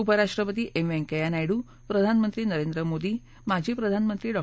उपराष्ट्रपती एम व्यंकय्या नायडू प्रधानमंत्री नरेंद्र मोदी माजी प्रधानमंत्री डॉ